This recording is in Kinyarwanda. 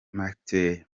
makeya